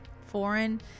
foreign